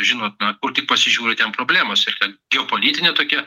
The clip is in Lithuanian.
žinote na kur tik pasižiūri ten problemos ir ten geopolitinė tokia